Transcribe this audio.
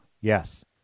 Yes